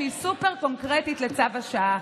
שהיא סופר-קונקרטית לצו השעה.